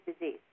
disease